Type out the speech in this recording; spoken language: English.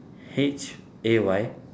H A Y